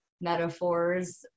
metaphors